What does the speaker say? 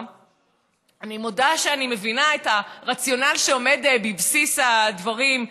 אני מודה שאני מבינה את הרציונל שעומד בבסיס הדברים,